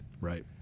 Right